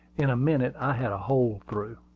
in a minute, i had a hole through.